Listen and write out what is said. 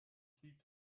feet